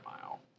mile